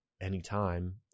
anytime